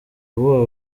ubu